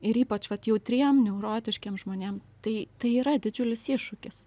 ir ypač jautriem neurotiškiem žmonėms tai tai yra didžiulis iššūkis